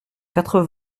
quatre